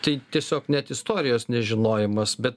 tai tiesiog net istorijos nežinojimas bet